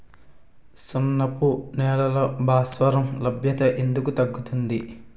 సున్నపు నేలల్లో భాస్వరం లభ్యత ఎందుకు తగ్గుతుంది?